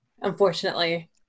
unfortunately